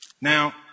Now